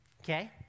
okay